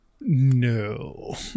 No